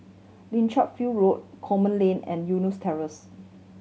Lichfield Road Coleman Lane and Eunos Terrace